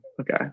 Okay